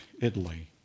Italy